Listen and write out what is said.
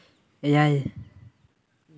ᱮᱭᱟᱭ